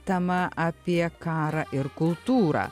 tema apie karą ir kultūrą